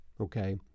okay